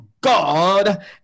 god